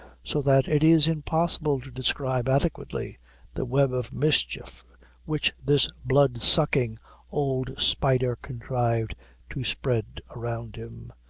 so that it is impossible to describe adequately the web of mischief which this blood-sucking old spider contrived to spread around him,